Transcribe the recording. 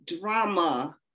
drama